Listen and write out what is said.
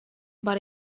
but